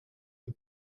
the